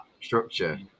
structure